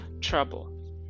trouble